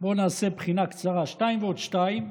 בוא נעשה בחינה קצרה: 2 ועוד 2?